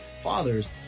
fathers